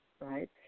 right